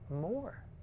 more